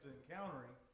encountering